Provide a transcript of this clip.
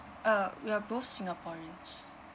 uh we are both singaporeans